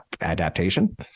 adaptation